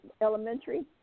elementary